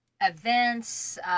Events